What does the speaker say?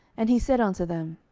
and he said unto them,